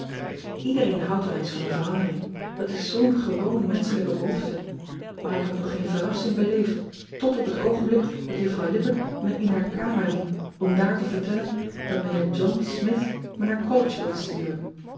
edereen houdt wel eens van een verandering dat is zoo n gewoon menschelijke behoefte aar ik had nog geen verrassing beleefd tot op het oogenblik dat uffrouw ippett me in haar kamer riep om daar te vertellen dat ean ebster adertje angbeen ijnheer ohn mith me naar ollege wilde sturen